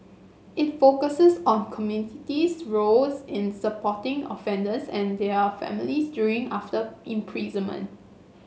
it focuses on community's roles in supporting offenders and their families during after imprisonment